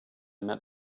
met